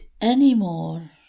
anymore